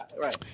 right